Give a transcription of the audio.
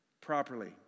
properly